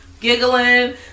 giggling